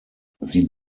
sie